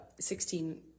16